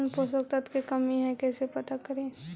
कौन पोषक तत्ब के कमी है कैसे पता करि?